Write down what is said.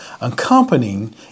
accompanying